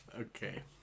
Okay